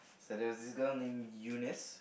so there was this girl named Eunice